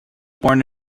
born